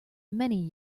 many